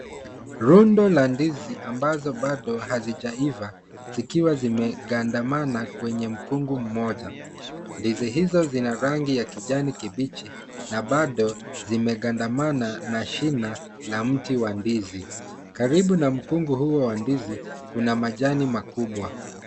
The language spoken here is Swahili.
Rundo la ndizi ambazo bado hazijaiva zikiwa bado hazijagandamana kwenye mkungu mmoja. Ndizi hizo zina rangi ya kijani kibichi na bado zimegandamana na shina la mti wa ndizi. Karibu na mkungu huo wa ndizi kuna majani makubwa.